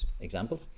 example